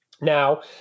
Now